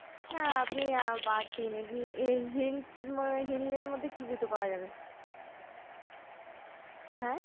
হুম না আপনি বাদ দিন এমনি হিল হিলের মধ্যে কী জুতো পাওয়া যাবে হ্যাঁ